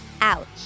Ouch